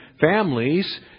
families